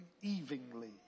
evenly